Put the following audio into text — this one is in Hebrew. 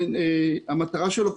המטרה שלו,